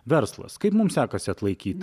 verslas kaip mums sekasi atlaikyt